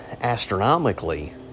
astronomically